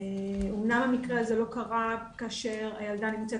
אמנם המקרה הזה לא קרה כאשר הילדה נמצאת